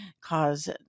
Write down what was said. cause